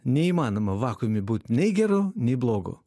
neįmanoma vakuume būt nei geru nei blogu